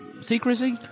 secrecy